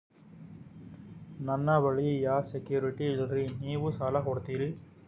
ನನ್ನ ಬಳಿ ಯಾ ಸೆಕ್ಯುರಿಟಿ ಇಲ್ರಿ ನೀವು ಸಾಲ ಕೊಡ್ತೀರಿ?